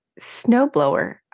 snowblower